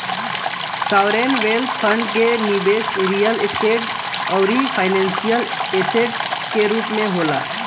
sovereign wealth fund के निबेस real estate आउरी फाइनेंशियल ऐसेट के रूप में होला